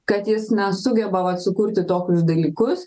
kad jis na sugeba vat sukurti tokius dalykus